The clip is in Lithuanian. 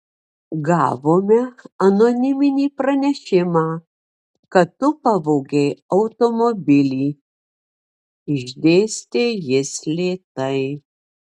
gavome anoniminį pranešimą kad tu pavogei automobilį išdėstė jis lėtai